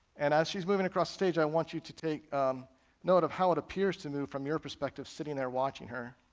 and as she's moving across the state, i want you to take note of how it appears to move from your perspective sitting there watching her.